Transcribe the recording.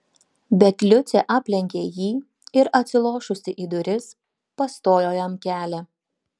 bet liucė aplenkė jį ir atsilošusi į duris pastojo jam kelią